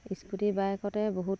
scooty বাইকতে বহুত